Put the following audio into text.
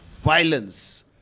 violence